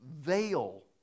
veil